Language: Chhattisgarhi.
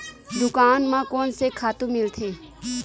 दुकान म कोन से खातु मिलथे?